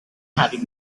having